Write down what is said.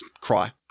cry